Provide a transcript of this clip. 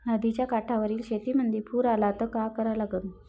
नदीच्या काठावरील शेतीमंदी पूर आला त का करा लागन?